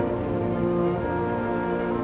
or